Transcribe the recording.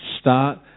start